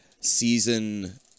season